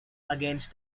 against